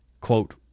quote